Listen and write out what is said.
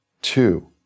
Two